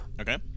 Okay